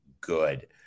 good